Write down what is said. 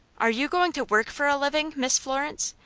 are you going to work for a living, miss florence?